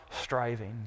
striving